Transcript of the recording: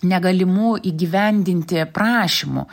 negalimų įgyvendinti prašymų